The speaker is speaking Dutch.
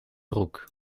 broek